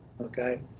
Okay